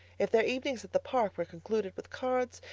if their evenings at the park were concluded with cards,